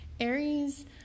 Aries